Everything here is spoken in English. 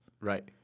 Right